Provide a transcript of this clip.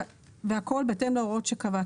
והכול בהתאם להוראות שיקבע,